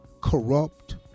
corrupt